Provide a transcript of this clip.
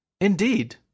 Indeed